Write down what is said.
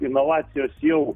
inovacijos jau